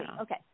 Okay